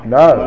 no